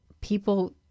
people